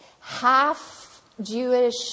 half-Jewish